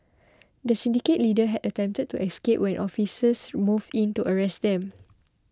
the syndicate leader had attempted to escape when officers moved in to arrest them